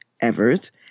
Evers